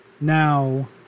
Now